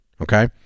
Okay